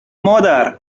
مادر